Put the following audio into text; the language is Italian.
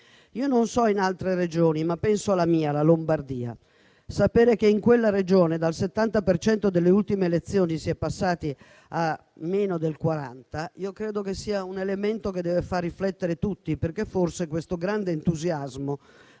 Non so in altre Regioni, ma penso alla mia, la Lombardia: sapere che in quella Regione dal 70 per cento delle ultime elezioni si è passati a meno del 40 per cento credo che sia un elemento che deve far riflettere tutti, perché forse questo grande entusiasmo